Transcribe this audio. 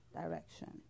direction